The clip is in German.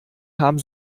haben